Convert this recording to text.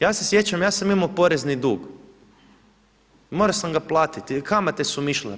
Ja se sjećam ja sam imao porezni dug i morao sam ga platiti, kamate su mi išle.